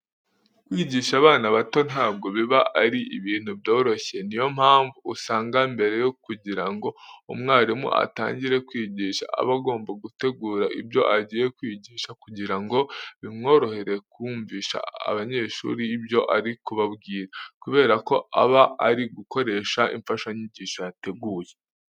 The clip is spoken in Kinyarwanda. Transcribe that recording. Kwigisha abana bato ntabwo biba ari ibintu byoroshye. Ni yo mpamvu usanga mbere yo kugira ngo umwarimu atangire kwigisha, aba agomba gutegura ibyo agiye kwigisha kugira ngo bimworohere kumvisha abanyeshuri ibyo ari kubabwira, kubera ko aba ari gukoresha imfashanyigisho yateguye.